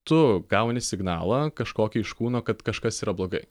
tu gauni signalą kažkokį iš kūno kad kažkas yra blogai